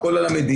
הכול על המדינה.